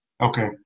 Okay